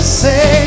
say